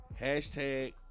Hashtag